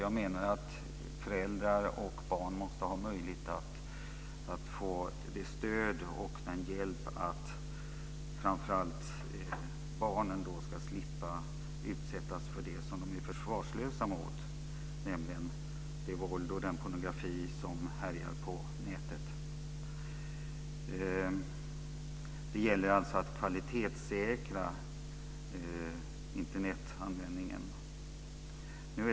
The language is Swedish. Jag menar att föräldrar och barn måste ha möjlighet att få det stöd och den hjälp som behövs för att framför allt barnen ska slippa utsättas för det som de är försvarslösa mot, nämligen det våld och den pornografi som härjar på nätet. Det gäller att kvalitetssäkra Internetanvändningen.